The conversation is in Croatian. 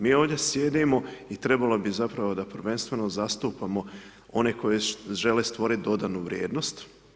Mi ovdje sjedimo i trebalo bi zapravo da prvenstveno zastupamo oni koji žele stvoriti dodanu vrijednost.